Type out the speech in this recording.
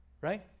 Right